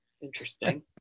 interesting